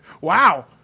Wow